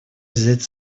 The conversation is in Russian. взять